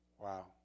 Wow